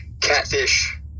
Catfish